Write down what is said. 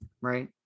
right